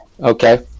Okay